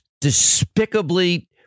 despicably